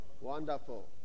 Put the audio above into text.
Wonderful